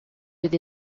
with